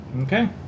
Okay